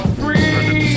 free